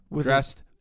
dressed